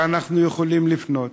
אנחנו יכולים לפנות.